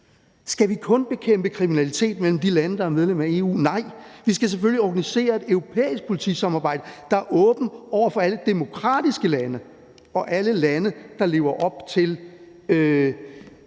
Skal vi kun bekæmpe kriminalitet på tværs af landegrænserne i de lande, der er medlem af EU? Nej, vi skal selvfølgelig organisere et europæisk politisamarbejde, der er åbent over for alle demokratiske lande og alle lande, der lever op til